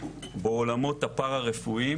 בעולמות הפארא- רפואיים